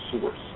Source